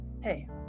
hey